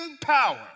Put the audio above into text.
power